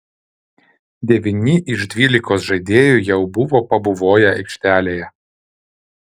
devyni iš dvylikos žaidėjų jau buvo pabuvoję aikštelėje